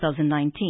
2019